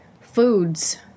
Foods